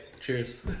cheers